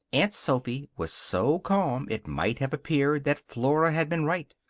aunt sophy was so calm it might have appeared that flora had been right.